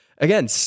Again